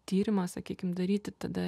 tyrimą sakykim daryti tada